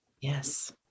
Yes